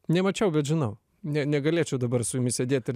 nemačiau bet žinau ne negalėčiau dabar su jumis sėdėt ir